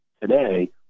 today